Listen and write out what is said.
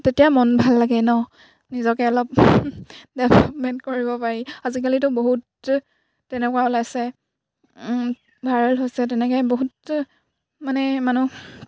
তেতিয়া মন ভাল লাগে নহ্ নিজকে অলপ ডেভেলপমেণ্ট কৰিব পাৰি আজিকালিতো বহুত তেনেকুৱা ওলাইছে ভাইৰেল হৈছে তেনেকৈ বহুত মানে মানুহ